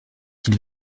qu’il